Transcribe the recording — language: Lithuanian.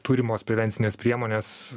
turimos prevencinės priemonės